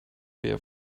beer